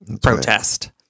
protest